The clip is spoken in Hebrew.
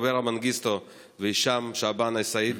אברה מנגיסטו והישאם שעבאן א-סייד,